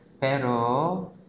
Pero